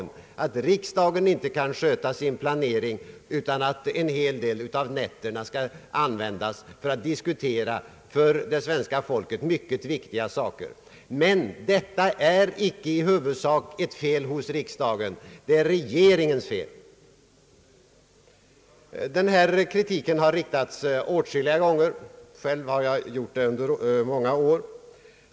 Det kommer att heta att riksdagen inte kan sköta sin planering, och att därför en hel del av nätterna måste användas för att diskutera för det svenska folket mycket viktiga frågor. Men det är icke i huvudsak ett fel av riksdagen, utan det är ett fel av regeringen. Kritiken har riktats mot regeringen åtskilliga gånger. Själv har jag gjort det under många år.